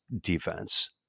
defense